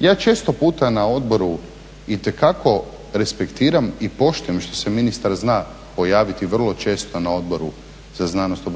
Ja često puta na odboru itekako respektiram i poštujem što se ministar zna pojaviti vrlo često na Odboru za znanost,